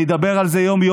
אני אדבר על זה יום-יום.